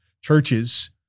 churches